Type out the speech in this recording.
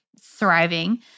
thriving